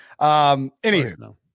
Anywho